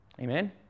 Amen